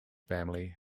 family